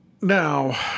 Now